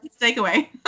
takeaway